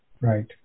right